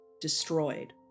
destroyed